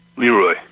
Leroy